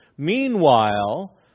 Meanwhile